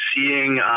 seeing